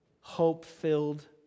hope-filled